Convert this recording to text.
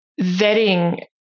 vetting